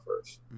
first